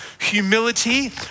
humility